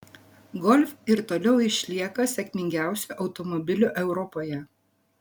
golf ir toliau išlieka sėkmingiausiu automobiliu europoje